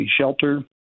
shelter